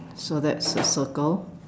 so that's a circle